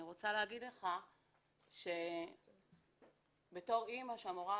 אני רוצה להגיד לך בתור אימא שאמורה